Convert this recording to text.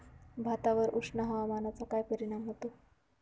भातावर उष्ण हवामानाचा काय परिणाम होतो?